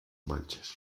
manchas